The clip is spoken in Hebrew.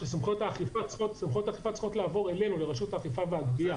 אני אומר שסמכויות האכיפה צריכות לעבור לרשות האכיפה והגבייה.